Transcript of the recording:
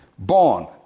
born